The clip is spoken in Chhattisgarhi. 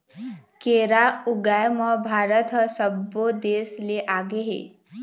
केरा ऊगाए म भारत ह सब्बो देस ले आगे हे